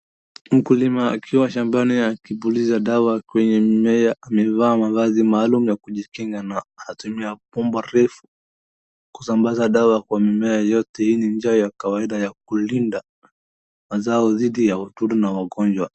Mkulima akiwa shambani yake akipuliza dawa kwenye mimea. Amevaa mavazi maalum ya kujikinga na anatumia bomba refu kusambaza dawa kwa mimea yote. Hii ni jia ya kawaida ya kulinda mazao dhidi ya wadudu na wagonjwa.